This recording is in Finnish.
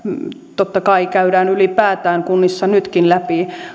totta kai käydään ylipäätään kunnissa nytkin läpi